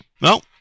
No